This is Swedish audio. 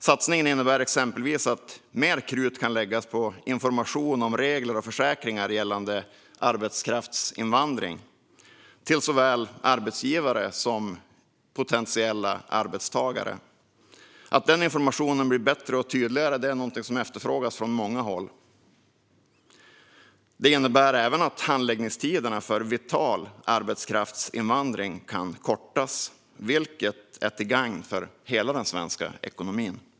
Satsningen innebär exempelvis att mer krut kan läggas på information om regler och försäkringar gällande arbetskraftsinvandring till såväl arbetsgivare som potentiella arbetstagare. Att denna information blir bättre och tydligare är något som efterfrågas från många håll. Det innebär även att handläggningstiderna för vital arbetskraftsinvandring kan kortas, vilket är till gagn för hela den svenska ekonomin.